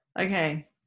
Okay